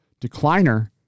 Decliner